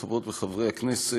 חברות וחברי הכנסת,